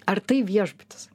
ar tai viešbutis